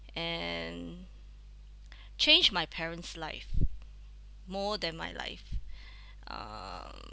and change my parents' life more than my life um